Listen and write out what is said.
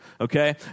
Okay